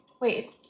Wait